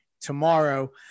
tomorrow